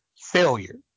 failure